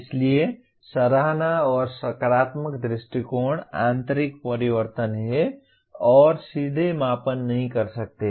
इसलिए सराहना और सकारात्मक दृष्टिकोण आंतरिक परिवर्तन हैं और सीधे मापन नहीं कर सकते है